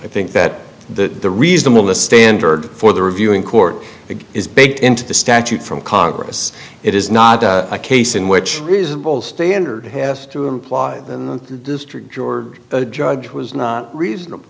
i think that the the reasonable the standard for the review in court it is baked into the statute from congress it is not a case in which a reasonable standard has to implied in the district joerg judge was not reasonable